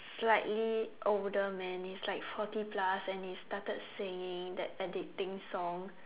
slightly older man he's like forty plus and he started singing that addicting song